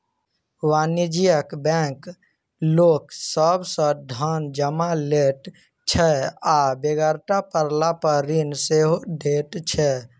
वाणिज्यिक बैंक लोक सभ सॅ धन जमा लैत छै आ बेगरता पड़लापर ऋण सेहो दैत छै